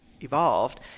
evolved